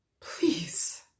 Please